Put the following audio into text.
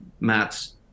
Matt's